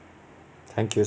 thank you so